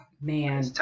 man